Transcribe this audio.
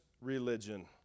religion